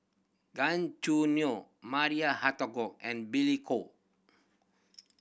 Gan Choo Neo Maria Hertogh and Billy Koh